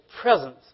presence